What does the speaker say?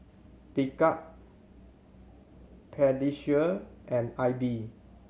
Picard Pediasure and Aibi